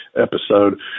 episode